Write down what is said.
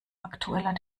aktueller